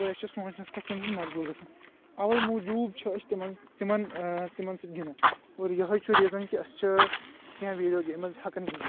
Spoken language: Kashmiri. اور أسۍ چھ سوٗنچس پٮ۪ٹھ تٔمہِ سۭتۍ مجبوٗر گژھان اوے موجوٗب چھ أسۍ تِمن تِمن تِمن سۭتۍ گِنٛدان اور یہے چھ ریٖزن کہ أسۍ چھ کیٚنٛہہ ویٖڈیو گیمز ہیٚکان گِندِتھ